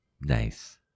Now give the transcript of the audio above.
Nice